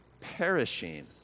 perishing